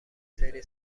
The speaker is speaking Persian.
سری